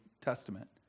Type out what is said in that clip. testament